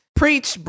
preach